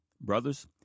Brothers